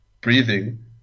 breathing